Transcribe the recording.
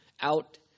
out